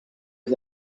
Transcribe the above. was